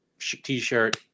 t-shirt